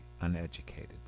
uneducated